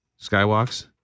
Skywalks